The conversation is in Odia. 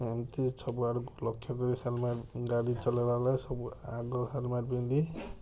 ଏମତି ସବୁଆଡ଼କୁ ଲକ୍ଷ୍ୟ କରିସାରିଲା ଗାଡ଼ି ଚଲେଇଲା ବେଳେ ସବୁ ଆଗ ହେଲମେଟ ପିନ୍ଧି